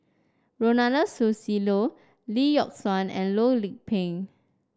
Ronald Susilo Lee Yock Suan and Loh Lik Peng